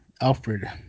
Alfred